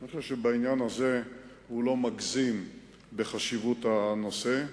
אני חושב שבעניין הזה הוא לא מגזים בחשיבות הנושא,